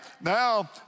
Now